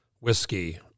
whiskey